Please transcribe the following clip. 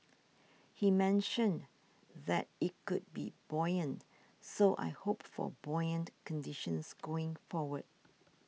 he mentioned that it could be buoyant so I hope for buoyant conditions going forward